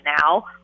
now